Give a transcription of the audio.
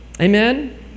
Amen